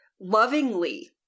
lovingly